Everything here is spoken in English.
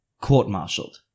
court-martialed